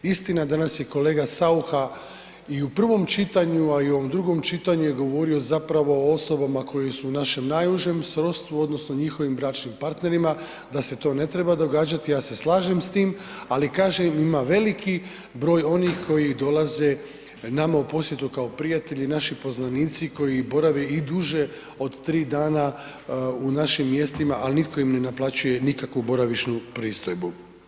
Istina, danas je kolega Saucha i u prvom čitanju, a i u ovom drugom čitanju je govorio zapravo o osobama koje su u našem najužem srodstvu odnosno njihovim bračnim partnerima, da se to ne treba događati, ja se slažem s tim, ali kažem, ima veliki broj onih koji dolaze nama u posjetu kao prijatelji i naši poznanici koji borave i duže od 3 dana u našim mjestima, al nitko im ne naplaćuju nikakvu boravišnu pristojbu.